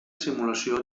simulació